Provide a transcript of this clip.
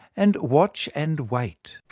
and watch and wait.